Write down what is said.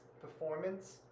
Performance